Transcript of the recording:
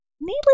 Needless